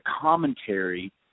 commentary